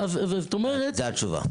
זה התשובה.